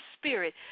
spirit